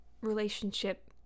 relationship